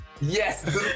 Yes